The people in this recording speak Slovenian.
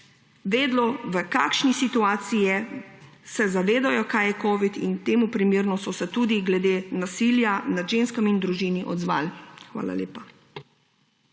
vedelo, v kakšni situaciji je, zavedajo se, kaj je covid, in temu primerno so se tudi glede nasilja nad ženskami in v družini odzvali. Hvala lepa.